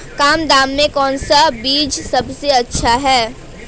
कम दाम में कौन सा बीज सबसे अच्छा है?